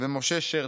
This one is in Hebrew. משה שרתוק.